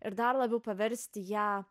ir dar labiau paversti ją